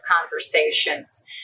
conversations